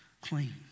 clean